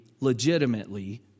legitimately